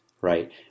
right